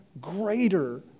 greater